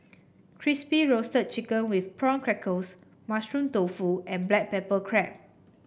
Crispy Roasted Chicken with Prawn Crackers Mushroom Tofu and Black Pepper Crab